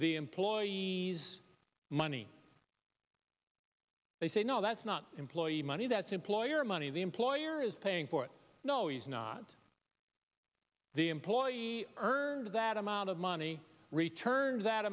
the employee's money they say no that's not employee money that's employer money the employer is paying for it no is not the employee earned that amount of money returned that